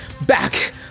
back